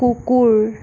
কুকুৰ